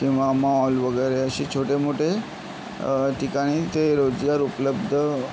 किंवा मॉल वगैरे असे छोटेमोठे ठिकाणी ते रोजगार उपलब्ध